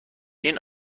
این